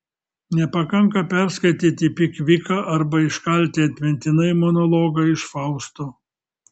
nepakanka perskaityti pikviką arba iškalti atmintinai monologą iš fausto